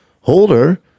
holder